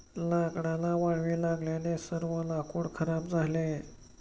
लाकडाला वाळवी लागल्याने सर्व लाकूड खराब झाले